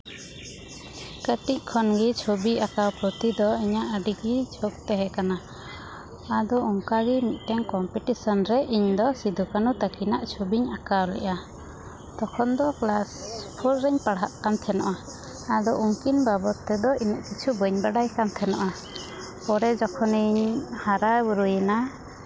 ᱠᱟᱹᱴᱤᱡ ᱠᱷᱚᱱ ᱜᱮ ᱪᱷᱚᱵᱤ ᱟᱸᱠᱟᱣ ᱯᱨᱚᱛᱤ ᱫᱚ ᱤᱧᱟᱹᱜ ᱟᱹᱰᱤ ᱜᱮ ᱡᱷᱩᱸᱠ ᱛᱟᱦᱮᱸ ᱠᱟᱱᱟ ᱟᱫᱚ ᱚᱝᱠᱟ ᱜᱮ ᱢᱤᱫᱴᱮᱱ ᱠᱚᱢᱯᱤᱴᱤᱥᱮᱱ ᱨᱮ ᱤᱧ ᱫᱚ ᱥᱤᱫᱩᱼᱠᱟᱹᱱᱩ ᱛᱟᱹᱠᱤᱱᱟᱜ ᱪᱷᱚᱵᱤᱧ ᱟᱸᱠᱟᱣ ᱞᱮᱜᱼᱟ ᱛᱚᱠᱷᱚᱱ ᱫᱚ ᱠᱞᱟᱥ ᱯᱷᱳᱨ ᱨᱤᱧ ᱯᱟᱲᱦᱟᱜ ᱠᱟᱱ ᱛᱟᱦᱮᱱᱚᱜᱼᱟ ᱟᱫᱚ ᱩᱝᱠᱤᱱ ᱵᱟᱵᱚᱫ ᱛᱮᱫᱚ ᱩᱱᱟᱹᱜ ᱠᱤᱪᱷᱩ ᱵᱟᱹᱧ ᱵᱟᱰᱟᱭ ᱠᱟᱱ ᱛᱟᱦᱮᱱᱚᱜᱼᱟ ᱯᱚᱨᱮ ᱡᱚᱠᱷᱚᱱᱤᱧ ᱦᱟᱨᱟ ᱵᱩᱨᱩᱭᱱᱟ